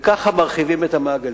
וכך מרחיבים את המעגלים.